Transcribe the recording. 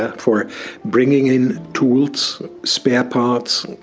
ah for bringing in tools, spare parts,